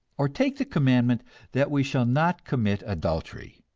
or take the commandment that we shall not commit adultery.